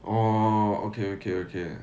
orh okay okay okay